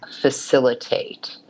facilitate